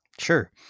Sure